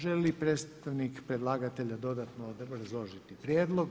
Želi li predstavnik predlagatelja dodatno obrazložiti prijedlog?